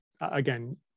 again